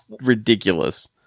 ridiculous